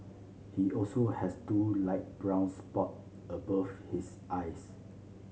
he also has two light brown spot above his eyes